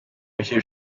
michel